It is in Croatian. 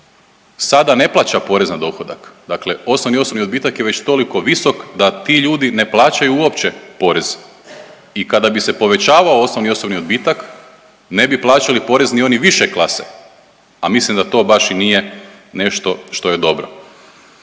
sada ne plaća porez na dohodak, dakle osnovni osobni odbitak je već toliko visok da ti ljudi ne plaćaju uopće porez i kada bi se povećavao osnovni i osobni odbitak ne bi plaćali porez ni oni više klase, a mislim da to baš i nije nešto što je dobro.